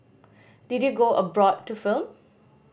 did you go abroad to film